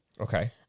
Okay